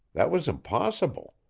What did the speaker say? that was impossible.